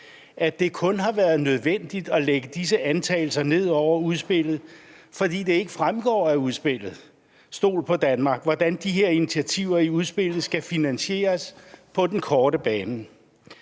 at det kun har været nødvendigt at lægge disse antagelser ned over udspillet, fordi det ikke fremgår af udspillet »Stol på Danmark«, hvordan de her initiativer i udspillet skal finansieres på den korte bane.